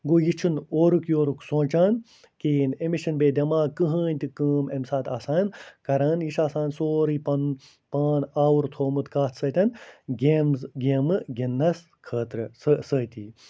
گوٚو یہِ چھُنہٕ اورُک یورُک سونٛچان کِہیٖنۍ أمِس چھِنہٕ بیٚیہِ دٮ۪ماغ کٕہۭنۍ تہِ کٲم اَمہِ ساتہٕ آسان کران یہِ چھِ آسان سورٕے پَنُن پان آوُر تھومُت کَتھ سۭتۍ گیمٕز گیمہٕ گِنٛدنَس خٲطرٕ سُہ سۭتی